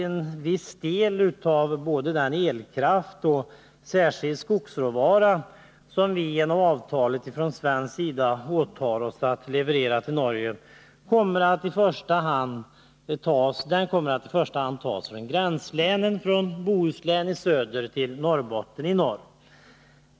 En viss del av både den elkraft och den skogsråvara som vi genom avtalet från svensk sida åtar oss att leverera till Norge kommer att i första hand tas från gränslänen, från Bohuslän i söder till Norrbotten i norr.